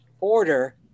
order